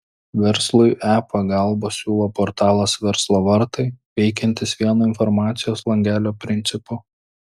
verslui e pagalbą siūlo portalas verslo vartai veikiantis vieno informacijos langelio principu